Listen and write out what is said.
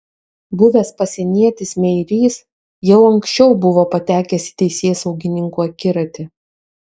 buvęs pasienietis meirys jau anksčiau buvo patekęs į teisėsaugininkų akiratį